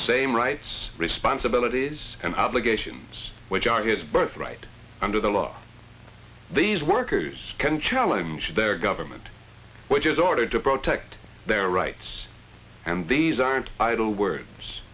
same rights responsibilities and obligations which are his birthright under the law these workers can challenge their government which is ordered to protect their rights and these aren't idle words